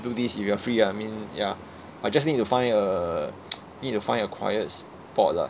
do this if you are free I mean ya I just need to find a need to find a quiet spot lah